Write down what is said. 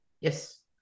Yes